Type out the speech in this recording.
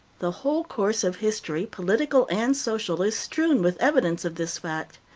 the whole course of history, political and social, is strewn with evidence of this fact.